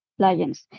plugins